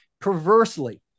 perversely